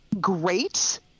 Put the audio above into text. great